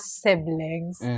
siblings